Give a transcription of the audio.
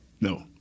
No